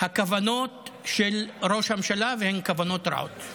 הכוונות של ראש הממשלה, והן כוונות רעות.